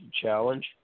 challenge